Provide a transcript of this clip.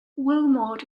wilmot